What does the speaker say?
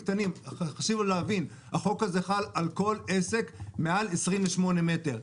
חשוב להבין שהחוק הזה חל על כל עסק מעל 28 מטר.